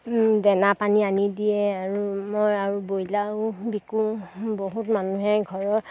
দেনা পানী আনি দিয়ে আৰু মই আৰু ব্ৰইলাৰ বিকো বহুত মানুহে ঘৰৰ